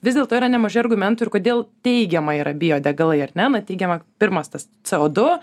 vis dėlto yra nemažai argumentų ir kodėl teigiama yra biodegalai ar ne na teigiama pirmas tas c o du